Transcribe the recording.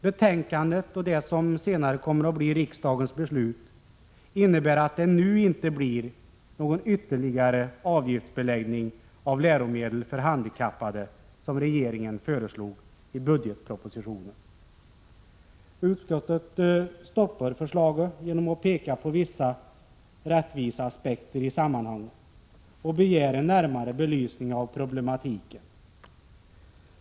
Betänkandet och det som senare kommer att bli riksdagens beslut innebär att det nu inte blir någon ytterligare avgiftsbeläggning av läromedel för handikappade, som regeringen föreslog i budgetpropositionen. Utskottet stoppar förslaget genom att peka på vissa rättviseaspekter i sammanhanget och begär en närmare belysning av problematiken.